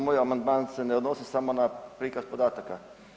Moj amandman se ne odnosi samo na prikaz podataka.